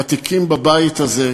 ותיקים בבית הזה: